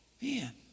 Man